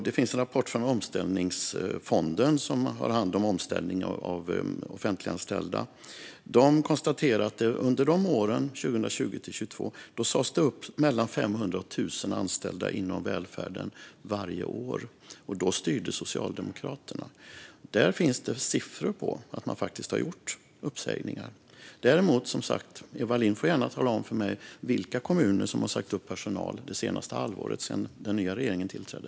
Det finns en rapport från Omställningsfonden, som har hand om omställningen av offentliganställda, där man konstaterar att under 2020-2022 sades det upp mellan 500 och 1 000 anställda inom välfärden varje år - och då styrde Socialdemokraterna. Där finns det siffror på att man faktiskt har gjort uppsägningar. Däremot får Eva Lindh som sagt gärna tala om för mig vilka kommuner som har sagt upp personal det senaste halvåret sedan den nya regeringen tillträdde.